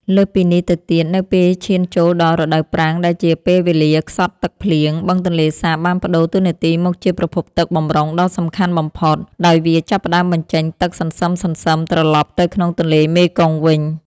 លើសពីនេះទៅទៀត នៅពេលឈានចូលដល់រដូវប្រាំងដែលជាពេលវេលាខ្សត់ទឹកភ្លៀង បឹងទន្លេសាបបានប្តូរតួនាទីមកជាប្រភពទឹកបម្រុងដ៏សំខាន់បំផុត ដោយវាចាប់ផ្តើមបញ្ចេញទឹកសន្សឹមៗត្រឡប់ទៅក្នុងទន្លេមេគង្គវិញ។